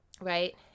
right